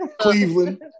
Cleveland